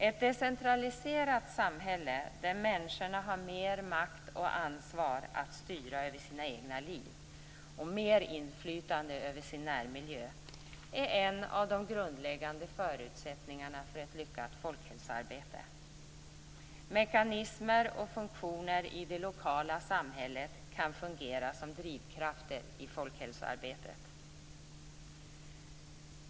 Ett decentraliserat samhälle, där människorna har mer makt och ansvar att styra över sina egna liv och mer inflytande över sin närmiljö, är en av de grundläggande förutsättningarna för ett lyckat folkhälsoarbete. Mekanismer och funktioner i det lokala samhället kan fungera som drivkrafter i folkhälsoarbetet.